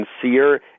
sincere